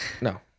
No